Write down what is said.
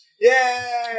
Yay